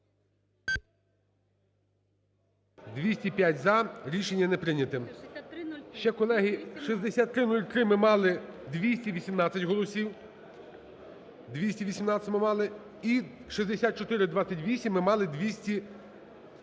За-205 Рішення не прийнято. Ще, колеги, 6303, ми мали 218 голосів. 218 ми мали. І 6428 ми мали 215 голосів.